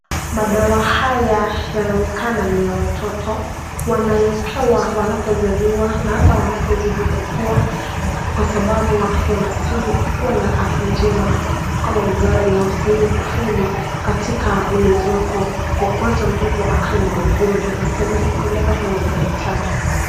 Madawa haya yanaonekana ni ya watoto wanayopewa wanapo zaliwa na hata wanapozidi kukua, kwa sababu watoto wanastahili kukuwa na afya njema. Kama mzazi haustahili kufeli katika ulezi wako kwa kuacha mtoto akae na ugonjwa. Unastahili kumpeleka kwenye daktari.